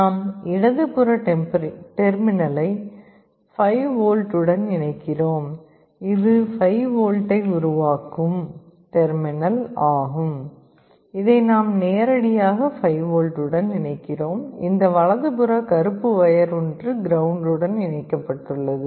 நாம் இடதுபுற டெர்மினலை 5V உடன் இணைக்கிறோம் இது 5V ஐ உருவாக்கும் டெர்மினல் ஆகும் இதை நாம் நேரடியாக 5V உடன் இணைக்கிறோம் இந்த வலதுபுற கருப்பு வயர் ஒன்று கிரவுண்ட் உடன் இணைக்கப்பட்டுள்ளது